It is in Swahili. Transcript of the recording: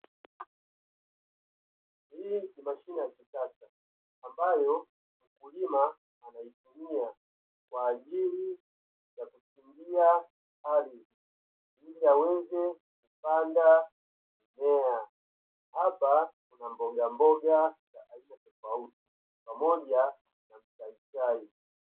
Hii ni mashine ya kisasa, ambayo mkulima anaitumia kwa ajili ya kuchimbia ardhi ili aweze kupanda mimea. Hapa kuna mboga mboga za aina tofauti, pamoja na mchaichai.